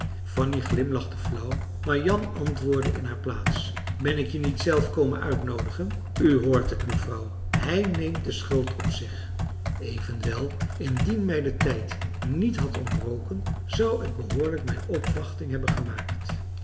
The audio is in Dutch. fanny glimlachte flauw maar jan antwoordde in hare plaats ben ik je niet zelf komen uitnoodigen u hoort het mevrouw hij neemt de schuld op zich evenwel indien mij de tijd niet had ontbroken zou ik behoorlijk mijn opwachting hebben gemaakt